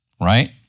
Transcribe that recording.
right